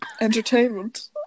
entertainment